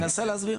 אני אנסה להסביר.